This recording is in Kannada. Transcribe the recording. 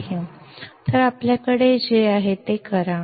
ಆದ್ದರಿಂದ ನಮ್ಮಲ್ಲಿರುವುದನ್ನು ಮಾಡಿ